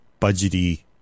budgety